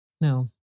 No